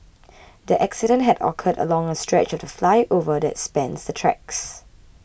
the accident had occurred along a stretch of the flyover that spans the tracks